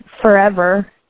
forever